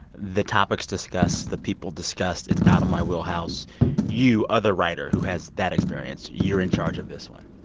the topics discussed, the people discussed, it's out of my wheelhouse you, other writer, who has that experience, you're in charge of this one?